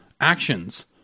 actions